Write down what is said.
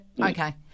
Okay